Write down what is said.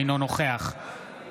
אינו נוכח גילה